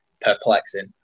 perplexing